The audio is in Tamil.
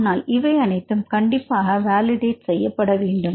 ஆனால் இவை அனைத்தும் கண்டிப்பாக வேலிடேட் செய்யப்படவேண்டும்